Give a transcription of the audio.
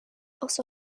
also